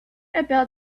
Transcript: about